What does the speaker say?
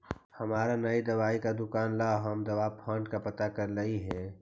हमारी नई दवाई की दुकान ला हम दवा फण्ड का पता करलियई हे